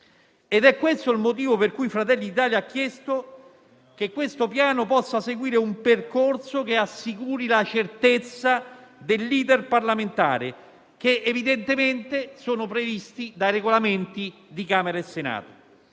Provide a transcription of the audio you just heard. È questo il motivo per cui il Gruppo Fratelli Italia ha chiesto che questo Piano possa seguire un percorso che assicuri la certezza dell'*iter* parlamentare evidentemente previsto dai Regolamenti di Camera e Senato,